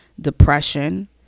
depression